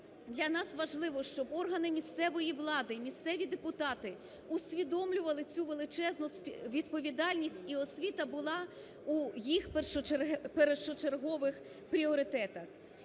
для нас важливо, щоб органи місцевої влади і місцеві депутати усвідомлювали цю величезну відповідальність і освіта була у їх першочергових пріоритетах.